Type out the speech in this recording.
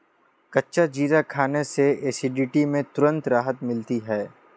कच्चा जीरा खाने से एसिडिटी में तुरंत राहत मिलती है